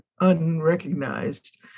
unrecognized